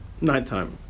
nighttime